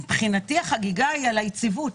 מבחינתי, החגיגה היא על היציבות,